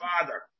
father